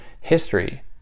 history